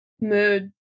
Mood